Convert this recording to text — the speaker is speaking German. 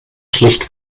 schlecht